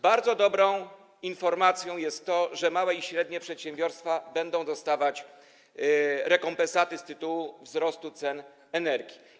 Bardzo dobrą informacją jest to, że małe i średnie przedsiębiorstwa będą dostawać rekompensaty z tytułu wzrostu cen energii.